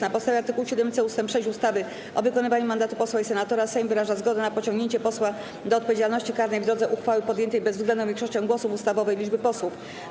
Na podstawie art. 7c ust. 6 ustawy o wykonywaniu mandatu posła i senatora Sejm wyraża zgodę na pociągnięcie posła do odpowiedzialności karnej w drodze uchwały podjętej bezwzględną większością głosów ustawowej liczby posłów.